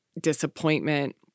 disappointment